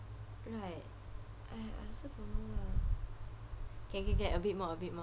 right aiy~ I also don't know lah can can can a bit more a bit more